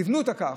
כיוונו אותו כך,